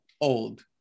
Old